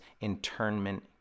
internment